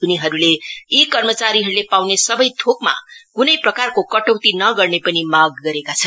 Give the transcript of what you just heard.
उनीहरुले यी क्रमचारीहरुले पाउने सबै थोकमा कुनै प्रकारको कटौती नगर्ने पनि माग गरेका छन्